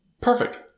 Perfect